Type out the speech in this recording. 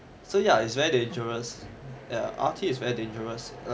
so ya it is very dangerous R_T is very dangerous